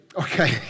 Okay